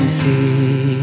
see